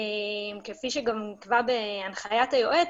כפי שגם נקבע בהנחיית היועץ,